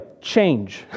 change